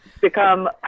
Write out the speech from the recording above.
become